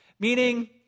Meaning